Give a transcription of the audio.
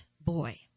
boy